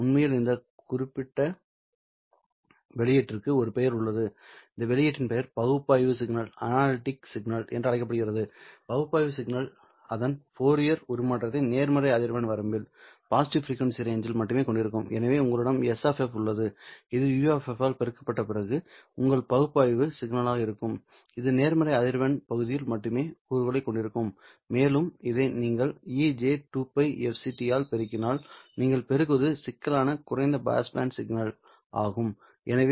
உண்மையில் இந்த குறிப்பிட்ட வெளியீட்டிற்கு ஒரு பெயர் உள்ளது இந்த வெளியீட்டின் பெயர் பகுப்பாய்வு சிக்னல் என்று அழைக்கப்படுகிறது பகுப்பாய்வு சிக்னல் அதன் ஃபோரியர் உருமாற்றத்தை நேர்மறை அதிர்வெண் வரம்பில் மட்டுமே கொண்டிருக்கும் எனவே உங்களிடம் S உள்ளது இது U ஆல் பெருக்கப்பட்ட பிறகு உங்களுக்கு ஒரு பகுப்பாய்வு சிக்னல் இருக்கும் இது நேர்மறை அதிர்வெண் பகுதியில் மட்டுமே கூறுகளைக் கொண்டிருக்கும் மேலும் இதை நீங்கள் e j2πfct ஆல் பெருக்கினால் நீங்கள் பெறுவது சிக்கலான குறைந்த பாஸ் சிக்னல் ஆகும்